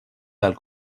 del